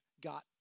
got